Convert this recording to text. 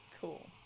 Cool